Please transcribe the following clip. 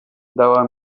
dała